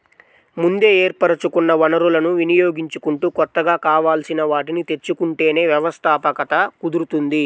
ముందే ఏర్పరచుకున్న వనరులను వినియోగించుకుంటూ కొత్తగా కావాల్సిన వాటిని తెచ్చుకుంటేనే వ్యవస్థాపకత కుదురుతుంది